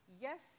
yes